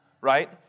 right